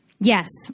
Yes